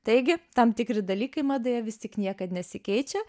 taigi tam tikri dalykai madoje vis tik niekad nesikeičia